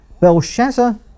Belshazzar